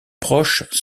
proches